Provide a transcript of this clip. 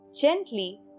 gently